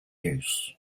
use